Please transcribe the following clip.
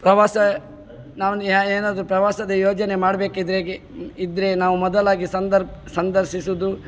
ಪ್ರವಾಸ ನಾವು ಏನಾದರೂ ಪ್ರವಾಸದ ಯೋಜನೆ ಮಾಡಬೇಕಿದ್ರೆ ಇದ್ದರೆ ನಾವು ಮೊದಲಾಗಿ ಸಂದರ್ಶಿಸುವುದು